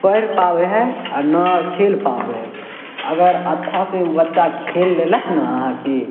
पढ़ि पाबय हइ आओर ने खेल पाबय हइ अगर अच्छासँ उ बच्चा खेल लेलक नऽ अहाँके